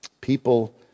People